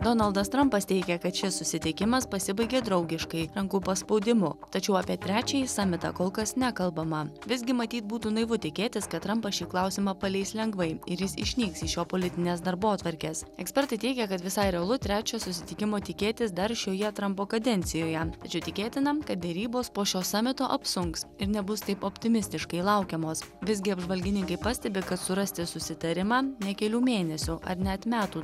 donaldas trampas teigia kad šis susitikimas pasibaigė draugiškai rankų paspaudimu tačiau apie trečiąjį samitą kol kas nekalbama visgi matyt būtų naivu tikėtis kad trampas šį klausimą paleis lengvai ir jis išnyks iš jo politinės darbotvarkės ekspertai teigia kad visai realu trečio susitikimo tikėtis dar šioje trampo kadencijoje tačiau tikėtina kad derybos po šio samito apsunks ir nebus taip optimistiškai laukiamos visgi apžvalgininkai pastebi kad surasti susitarimą ne kelių mėnesių ar net metų